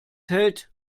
hält